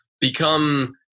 become